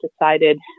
decided